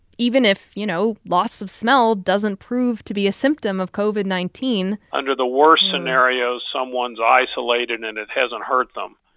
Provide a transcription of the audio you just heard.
even if, you know, loss of smell doesn't prove to be a symptom of covid nineteen. under the worst scenario, someone's isolated and it hasn't hurt them.